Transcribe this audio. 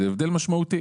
זה הבדל משמעותי.